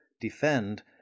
defend